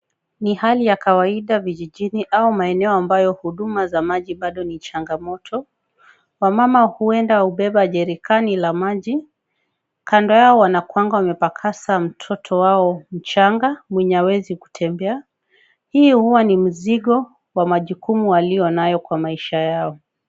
Ni hali ya kawaida vijijini au maeneo ambayo huduma za maji bado ni changamoto. Wamama huenda hubeba jerrican la maji. Kando yao wanakuanga wamepakasa mtoto wao mchanga, mwenye hawezi kutembea. Hii huwa ni mzigo wa majukumu walio nayo kwa maisha yao.